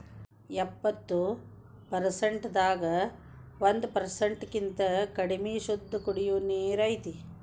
ಎಪ್ಪತ್ತು ಪರಸೆಂಟ್ ದಾಗ ಒಂದ ಪರಸೆಂಟ್ ಕಿಂತ ಕಡಮಿ ಶುದ್ದ ಕುಡಿಯು ನೇರ ಐತಿ